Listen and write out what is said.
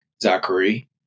Zachary